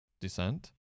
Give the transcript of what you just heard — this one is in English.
descent